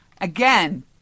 Again